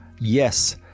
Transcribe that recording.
Yes